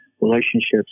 Relationships